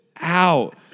out